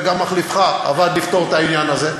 וגם מחליפך עבד לפתור את העניין הזה.